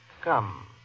Come